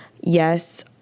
Yes